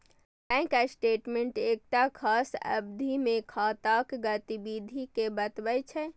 bank statement एकटा खास अवधि मे खाताक गतिविधि कें बतबै छै